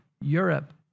Europe